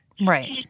Right